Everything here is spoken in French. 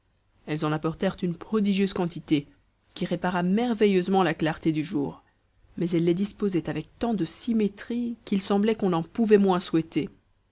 elles en apportèrent une prodigieuse quantité qui répara merveilleusement la clarté du jour mais elles les disposaient avec tant de symétrie qu'il semblait qu'on n'en pouvait moins souhaiter